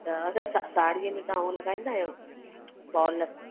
त स साड़ीअ में तव्हां उहो लॻाईंदा आहियो फॉल